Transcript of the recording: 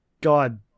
God